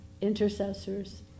intercessors